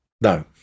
No